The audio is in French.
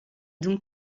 donc